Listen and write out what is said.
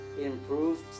improved